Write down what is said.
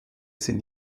sind